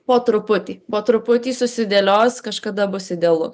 po truputį po truputį susidėlios kažkada bus idealu